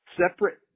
separate